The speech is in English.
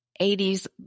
80s